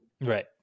right